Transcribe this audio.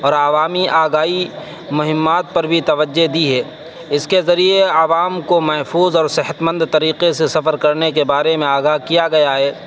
اور عوامی آگاہی مہمات پر بھی توجہ دی ہے اس کے ذریعے عوام کو محفوظ اور صحتمند طریقے سے سفر کرنے کے بارے میں آگاہ کیا گیا ہے